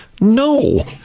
No